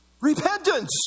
repentance